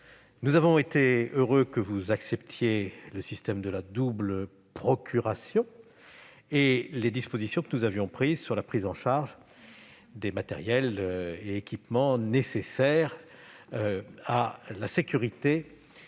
Nous sommes heureux que vous ayez accepté le système de la double procuration et les dispositions que nous avions prises sur la prise en charge des matériels et équipements nécessaires à la sécurité